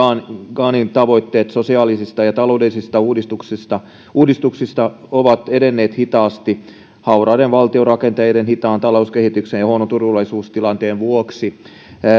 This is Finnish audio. ghanin tavoitteet sosiaalisista ja taloudellisista uudistuksista uudistuksista ovat edenneet hitaasti hauraiden valtiorakenteiden hitaan talouskehityksen ja huonon turvallisuustilanteen vuoksi